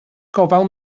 gofal